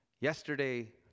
Yesterday